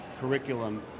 curriculum